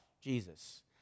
Jesus